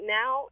now